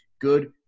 good